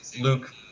Luke